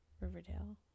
riverdale